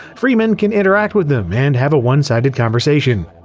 freeman can interact with them and have a one-sided conversation.